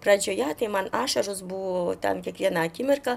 pradžioje tai man ašaros buvo ten kiekvieną akimirką